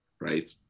Right